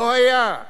לא היה.